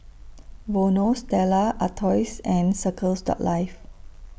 Vono Stella Artois and Circles Life